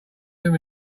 them